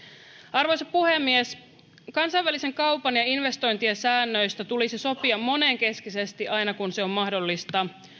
arvoisa puhemies kansainvälisen kaupan ja investointien säännöistä tulisi sopia monenkeskisesti aina kun se on mahdollista